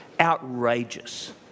outrageous